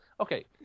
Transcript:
Okay